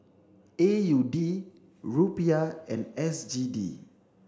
A U D Rupiah and S G D